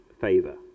favour